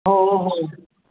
हो हो